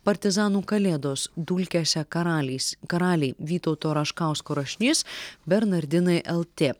partizanų kalėdos dulkėse karaliais karaliai vytauto raškausko rašinys bernardinai lt